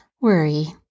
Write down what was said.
worry